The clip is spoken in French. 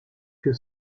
que